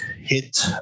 hit